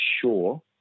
sure